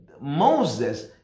Moses